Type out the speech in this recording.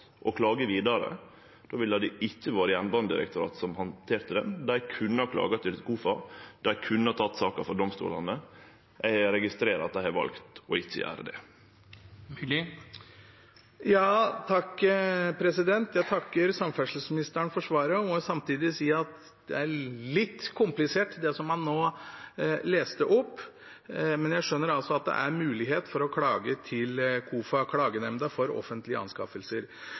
klage vidare. Då ville det ikkje vore Jernbanedirektoratet som handterte det. Dei kunne ha klaga til KOFA, dei kunne ha teke saka for domstolane. Eg registrerer at dei har valt ikkje å gjere det. Jeg takker samferdselsministeren for svaret og må samtidig si at det er litt komplisert, det som han nå leste opp, men jeg skjønner at det er mulighet for å klage til KOFA, Klagenemnda for offentlige anskaffelser.